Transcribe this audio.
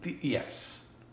Yes